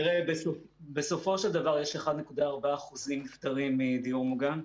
תראה, בסופו של דבר, יש 1.4% נפטרים בדיור מוגן.